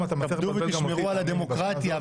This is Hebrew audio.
תתכבדו ותשמרו על הדמוקרטיה,